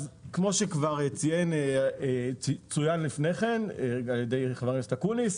כמו שכבר צוין לפני כן על ידי חבר הכנסת אקוניס,